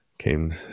came